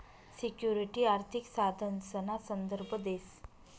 security आर्थिक साधनसना संदर्भ देस